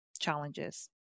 challenges